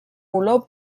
olor